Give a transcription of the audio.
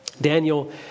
Daniel